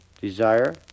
desire